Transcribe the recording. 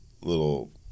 little